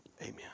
Amen